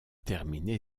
terminé